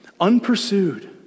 unpursued